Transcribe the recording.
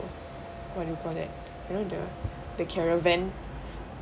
what you call that you know the the caravan